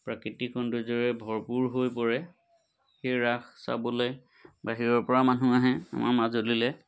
প্ৰাকৃতিক সৌন্দৰ্যৰে ভৰপূৰ হৈ পৰে সেই ৰাস চাবলৈ বাহিৰৰপৰাও মানুহ আহে আমাৰ মাজুলীলৈ